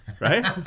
Right